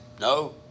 No